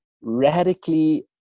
radically